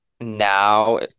now